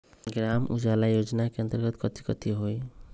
ग्राम उजाला योजना के अंतर्गत कथी कथी होई?